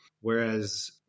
whereas